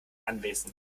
anwesend